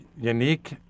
unique